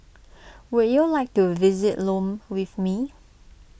would you like to visit Lome with me